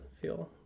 feel